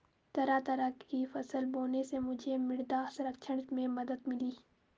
तरह तरह की फसल बोने से मुझे मृदा संरक्षण में मदद मिली